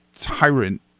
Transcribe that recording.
tyrant